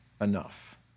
enough